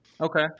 Okay